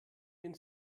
den